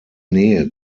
nähe